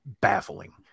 baffling